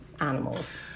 animals